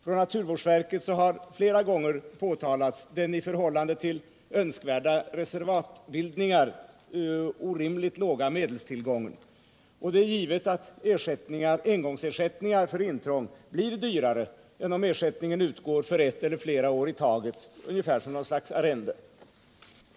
Från naturvårdsverket har flera gånger påtalats den i förhållande till önskvärda reservatbildningar orimligt låga medelstillgången, och det är givet att engångsersättningar för intrång blir dyrare än om ersättningen utgår för ett eller flera år i taget, ungefär som ett slags arrende.